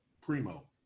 primo